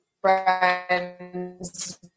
friends